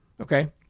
Okay